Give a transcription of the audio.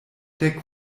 dek